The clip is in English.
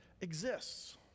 exists